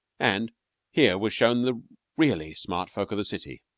and here was shown the really smart folk of the city.